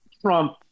Trump